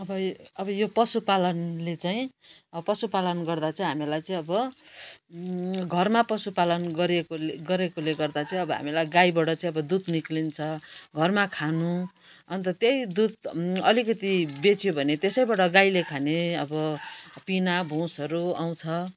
अब अब यो पशु पालनले चाहिँ पशु पालन गर्दा चाहिँ हामीलाई चाहिँ अब घरमा पशु पालन गरिएको गरेकोले गर्दा चाहिँ हामीलाई गाईबाट चाहिँ अब दुध निक्लिन्छ घरमा खानु अन्त त्यहीँ दुध अलिकति बेच्यो भने त्यसैबाट गाईले खाने अब पिना भुसहरू आउँछ